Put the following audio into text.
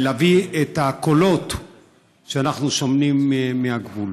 ולהביא את הקולות שאנחנו שומעים מהגבול.